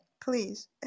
please